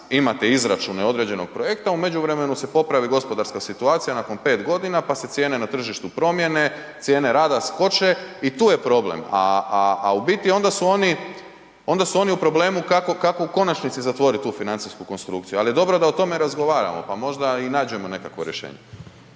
imate izračune određenog projekta u međuvremenu se popravi gospodarska situacija nakon pet godina, pa se cijene na tržištu promijene, cijene rada skoče i tu je problem. A u biti onda su oni u problemu kako u konačnici zatvoriti tu financijsku konstrukciju, ali je dobro da o tome razgovaramo pa možda i nađemo neko rješenje.